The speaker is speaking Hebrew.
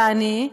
יעני,